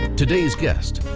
today's guest.